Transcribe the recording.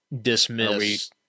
dismiss